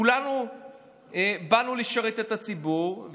כולנו באנו לשרת את הציבור,